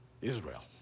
Israel